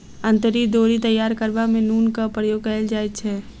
अंतरी डोरी तैयार करबा मे नूनक प्रयोग कयल जाइत छै